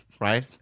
right